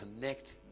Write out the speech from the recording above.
connect